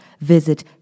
visit